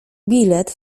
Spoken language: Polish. bilet